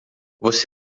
você